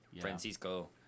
Francisco